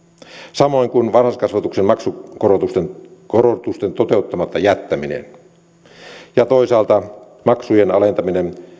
samoin kuin varhaiskasvatuksen maksukorotusten toteuttamatta jättäminen ja toisaalta maksujen alentaminen